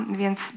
więc